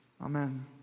Amen